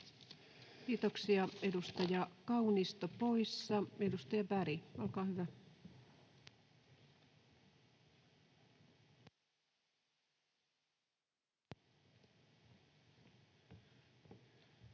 Kiitoksia. — Edustaja Kaunisto poissa. — Edustaja Berg, olkaa hyvä. Arvoisa